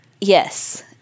Yes